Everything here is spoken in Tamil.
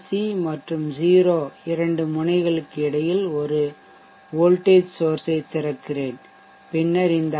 சி மற்றும் 0 இரண்டு முனைகளுக்கு இடையில் ஒரு வோல்ட்டேஜ் சோர்ஷ் ஐ திறக்கிறேன் பின்னர் இந்த ஐ